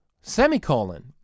Semicolon